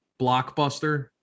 blockbuster